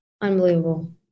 Unbelievable